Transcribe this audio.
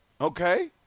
Okay